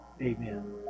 Amen